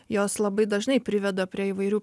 jos labai dažnai priveda prie įvairių